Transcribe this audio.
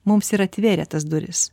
mums ir atvėrė tas duris